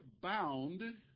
bound